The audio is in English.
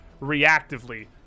reactively